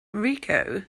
rico